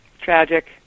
tragic